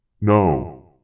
No